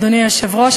אדוני היושב-ראש,